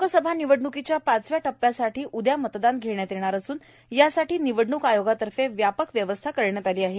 लोकसभा निवडणुकीच्या पाचव्या टप्प्यासाठी उद्या मतदान घेण्यात येणार असून यासाठी निवडणूक आयोगातर्फे व्यापक व्यवस्था करण्यात आली आहे